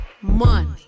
Money